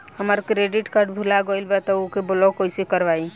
हमार credit card भुला गएल बा त ओके ब्लॉक कइसे करवाई?